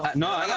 but no.